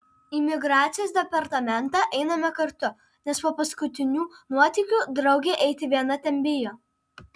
į migracijos departamentą einame kartu nes po paskutinių nuotykių draugė eiti viena ten bijo